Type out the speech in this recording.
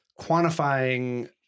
quantifying